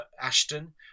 Ashton